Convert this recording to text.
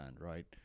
right